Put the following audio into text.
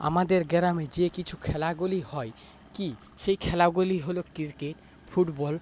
আমাদের গ্রামে যে কিছু খেলাগুলি হয় কি সে খেলাগুলি হল ক্রিকেট ফুটবল